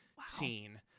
scene